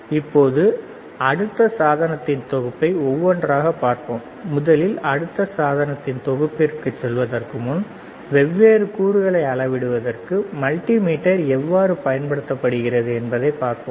இப்போது அடுத்த சாதனத்தின் தொகுப்பை ஒவ்வொன்றாக பார்ப்போம் முதலில் அடுத்த சாதனத்தின் தொகுப்பிற்குச் செல்வதற்கு முன் வெவ்வேறு கூறுகளை அளவிடுவதற்கு மல்டிமீட்டர் எவ்வாறு பயன்படுத்தப்படுகிறது என்பதைப் பார்ப்போம்